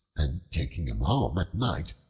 and taking him home at night,